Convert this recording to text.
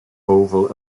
oval